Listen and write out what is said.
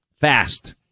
Fast